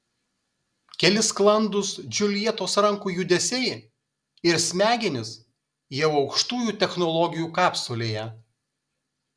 keli sklandūs džiuljetos rankų judesiai ir smegenys jau aukštųjų technologijų kapsulėje